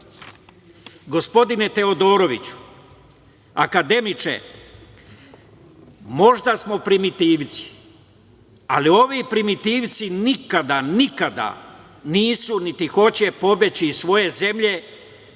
štala. Gospodine Teodoroviću, akademiče, možda smo primitivci, ali ovi primitivci nikada, nikada nisu, niti hoće pobeći iz svoje zemlje,